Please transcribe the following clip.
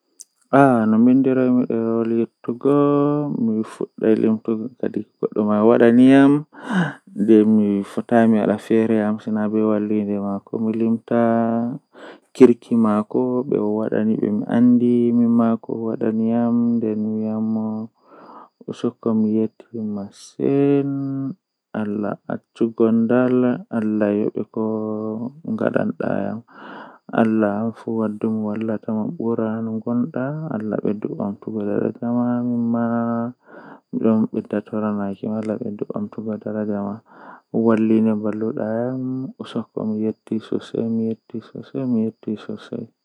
Gimol jei mi burdaa yiduki kanjum woni gimol hiphop rap bedon iyona dum ko wadi midon yidi dum bo ko wani bo dum don wela mi masin nobe yimirta be nobe wolwatagimol man don wela mi masin.